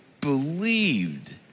believed